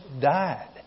died